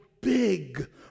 big